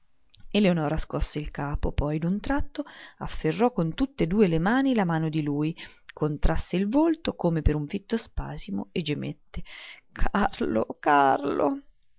eleonora scosse il capo poi d'un tratto afferrò con tutt'e due le mani la mano di lui contrasse il volto come per un fitto spasimo e gemette carlo carlo